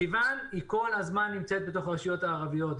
סיון כל הזמן נמצאת בתוך הרשויות הערביות.